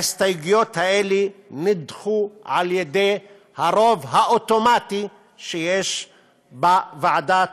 ההסתייגויות האלה נדחו על-ידי הרוב האוטומטי שיש בוועדת